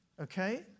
okay